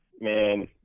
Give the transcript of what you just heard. man